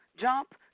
jump